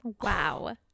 Wow